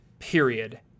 period